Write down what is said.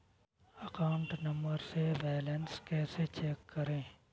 Account number से balance कैसे check करें?